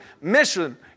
mission